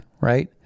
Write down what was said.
right